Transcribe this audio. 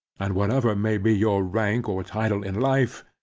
and whatever may be your rank or title in life,